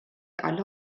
alle